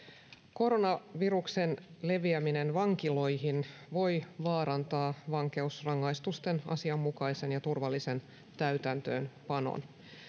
koronaviruksen leviäminen vankiloihin voi vaarantaa vankeusrangaistusten asianmukaisen ja turvallisen täytäntöönpanon